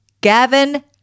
Gavin